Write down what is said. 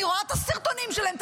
אני רואה את הסרטונים שלהם,